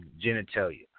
genitalia